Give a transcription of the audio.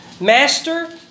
Master